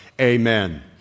Amen